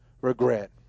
regret